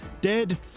dead